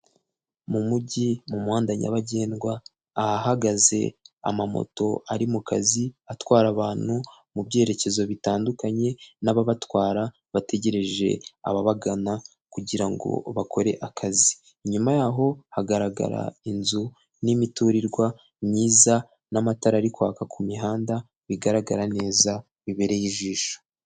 Mu mujyi mu muhanda nyabagendwa ahagaze amamoto ari mu kazi atwara abantu mu byerekezo bitandukanye n'ababatwara bategereje ababagana kugira ngo bakore akazi. Inyuma yaho hagaragara inzu n'imiturirwa myiza n'amatara ari kwaka ku mihanda bigaragara neza bibereye ijisho.